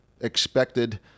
expected